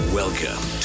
Welcome